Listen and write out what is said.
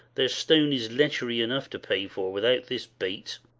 their stone is letchery enough to pay for, without this bait.